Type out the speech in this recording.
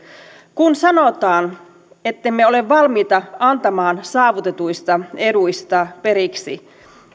kun sanotaan ettemme ole valmiita antamaan saavutetuista eduista periksi